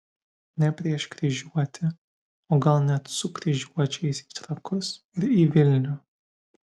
ne prieš kryžiuotį o gal net su kryžiuočiais į trakus ir į vilnių